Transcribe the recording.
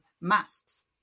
masks